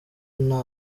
nta